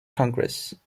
congress